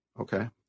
Okay